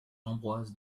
ambroise